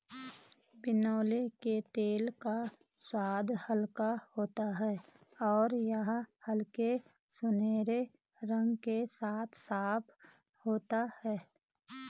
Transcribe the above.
बिनौले के तेल का स्वाद हल्का होता है और यह हल्के सुनहरे रंग के साथ साफ होता है